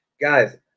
guys